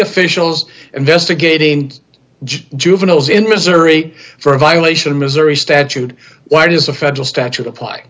officials investigating juveniles in missouri for a violation of missouri statute why does a federal statute apply